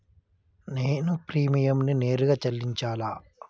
నేను ప్రీమియంని నేరుగా చెల్లించాలా?